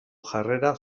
jarrera